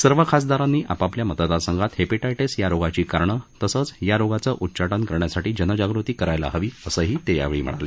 सर्व खासदारांनी आपापल्या मतदारसंघात हेपीटायटीस या रोगाची कारणं तसंच या रोगाचं उच्चाटन करण्यासाठी जनजागृती करायला हवी असंही ते यावेळी म्हणाले